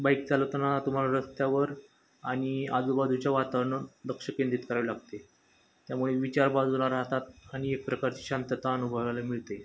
bike चालवताना तुम्हाला रस्त्यावर आणि आजूबाजूच्या वातावरणावर लक्ष केंद्रित करावे लागते त्यामुळे विचार बाजूला राहतात आणि एक प्रकारची शांतता अनुभवायला मिळते